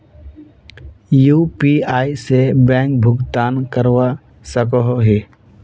UPI से bank भुगतान करवा सकोहो ही?